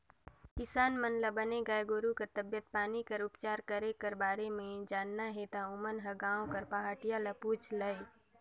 किसान मन ल बने गाय गोरु कर तबीयत पानी कर उपचार करे कर बारे म जानना हे ता ओमन ह गांव कर पहाटिया ल पूछ लय